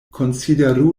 konsideru